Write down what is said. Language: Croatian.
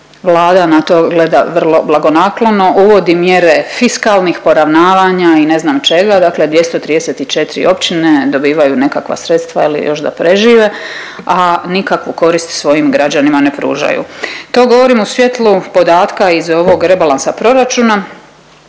Vlada na to gleda vrlo blagonaklono, uvodi mjere fiskalnih poravnavanja i ne znam čega. Dakle, 234 općine dobivaju nekakva sredstva ili još da prežive, a nikakvu korist svojim građanima ne pružaju. To govorim u svjetlu podatka iz ovog rebalansa proračuna